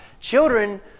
Children